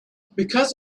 because